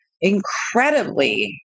incredibly